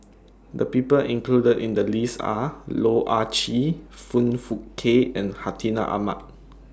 The People included in The list Are Loh Ah Chee Foong Fook Kay and Hartinah Ahmad